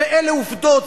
אלה עובדות,